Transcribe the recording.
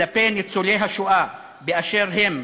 כלפי ניצולי השואה באשר הם,